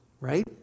right